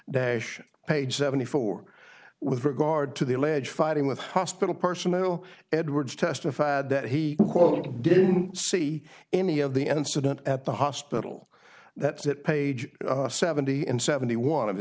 dash page seventy four with regard to the alleged fighting with hospital personnel edwards testified that he didn't see any of the incident at the hospital that that page seventy and seventy one of his